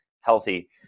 healthy